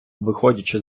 виходячи